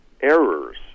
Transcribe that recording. errors